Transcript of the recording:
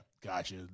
gotcha